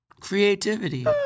creativity